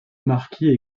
marquis